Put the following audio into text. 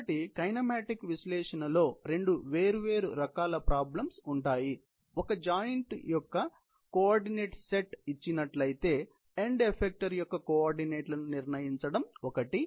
కాబట్టి కైనమాటిక్ విశ్లేషణలో రెండు వేర్వేరు రకాల ప్రాబ్లమ్స్ ఉంటాయి ఒక జాయింట్ యొక్క కోఆర్డినేట్ సెట్ ఇచ్చినట్లయితే ఎండ్ ఎఫెక్టర్ యొక్క కోఆర్డినేట్లను నిర్ణయించడం ఒకటి